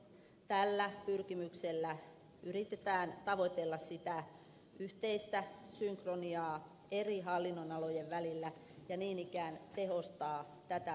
tällä pyrkimyksellä yritetään tavoitella yhteistä synkroniaa eri hallinnonalojen välillä ja niin ikään tehostaa tätä palvelujärjestelmää